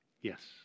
Yes